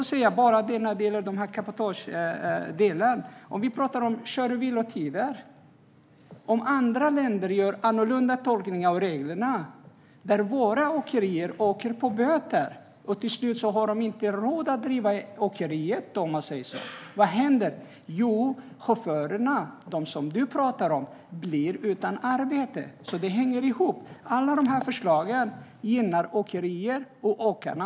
Vad händer om andra länder tolkar cabotagereglerna för kör och vilotider på ett annat sätt så att våra åkerier åker på böter och till slut inte har råd att driva åkeriet? Jo, chaufförerna, dem som du pratar om, blir utan arbete. Det hänger alltså ihop. Alla de här förslagen gynnar åkerier och åkarna.